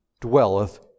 dwelleth